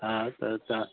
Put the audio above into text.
हा त तव्हां